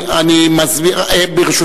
אדוני היושב-ראש.